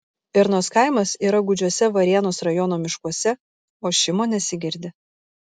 ir nors kaimas yra gūdžiuose varėnos rajono miškuose ošimo nesigirdi